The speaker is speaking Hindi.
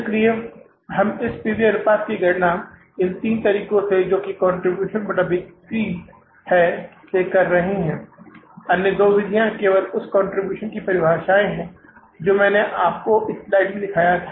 इसलिए हम इस P V अनुपात की गणना इस तीन तरीकों से जो कि कंट्रीब्यूशन बटा बिक्री है से कर रहे हैं अन्य दो विधियां केवल उस कंट्रीब्यूशन की परिभाषाएं हैं जो मैंने आपको इस स्लाइड में दिखाया था